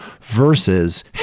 versus